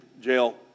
jail